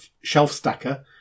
shelf-stacker